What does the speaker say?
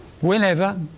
whenever